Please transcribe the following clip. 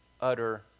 utter